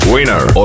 Winner